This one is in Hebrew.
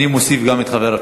תצרף אותי גם כן,